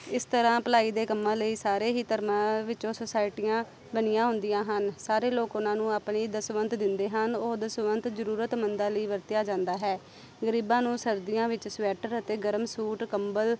ਇਸ ਤਰ੍ਹਾਂ ਭਲਾਈ ਦੇ ਕੰਮਾਂ ਲਈ ਸਾਰੇ ਹੀ ਧਰਮਾਂ ਵਿੱਚੋਂ ਸੁਸਾਇਟੀਆਂ ਬਣੀਆਂ ਹੁੰਦੀਆਂ ਹਨ ਸਾਰੇ ਲੋਕ ਉਹਨਾਂ ਨੂੰ ਆਪਣੀ ਦਸਵੰਧ ਦਿੰਦੇ ਹਨ ਉਹ ਦਸਵੰਧ ਜ਼ਰੂਰਤ ਮੰਦਾਂ ਲਈ ਵਰਤਿਆ ਜਾਂਦਾ ਹੈ ਗਰੀਬਾਂ ਨੂੰ ਸਰਦੀਆਂ ਵਿੱਚ ਸਵੈਟਰ ਅਤੇ ਗਰਮ ਸੂਟ ਕੰਬਲ